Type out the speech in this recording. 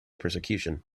persecution